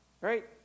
Right